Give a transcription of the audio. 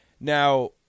Now